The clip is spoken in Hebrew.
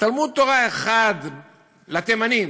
תלמוד-תורה אחד לתימנים,